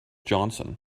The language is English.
johnson